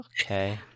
Okay